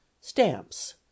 Stamps